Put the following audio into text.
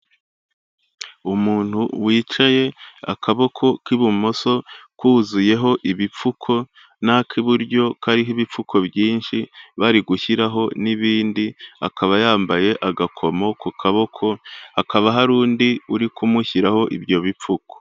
Umuntu wicaye, akaboko k'ibumoso kuzuyeho ibipfuko n'ak'iburyo kariho ibipfuko byinshi, bari gushyiraho n'ibindi, akaba yambaye agakomo ku kaboko, hakaba hari undi uri kumushyiraho ibyo bipfuko.